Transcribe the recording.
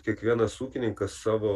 kiekvienas ūkininkas savo